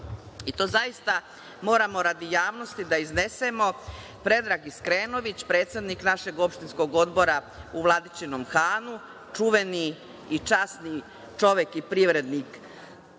i to zaista moramo radi javnosti da iznesemo. Predrag Iskrenović, predsednik našeg Opštinskog odbora u Vladičinom Hanu, čuveni i časni čovek i privrednik